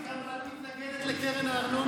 לזימי, גם את מתנגדת לקרן הארנונה?